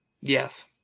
Yes